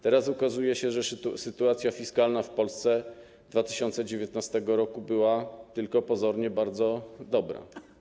Teraz okazuje się, że sytuacja fiskalna w Polsce 2019 r. była tylko pozornie bardzo dobra.